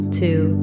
two